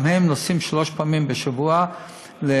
גם הם נוסעים שלוש פעמים בשבוע לדיאליזה.